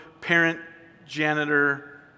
parent-janitor